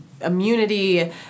immunity